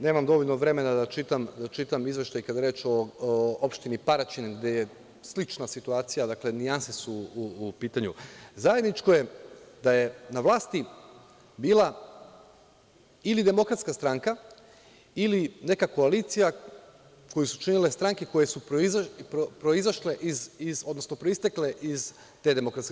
Nemam dovoljno vremena da čitam izveštaj kada je reč o opštini Paraćin, gde je slična situacija, nijanse su u pitanju, zajedničko je da je na vlasti bila ili DS ili neka koalicija koju su činile stranke koje su proizašle, odnosno proistekle iz te DS.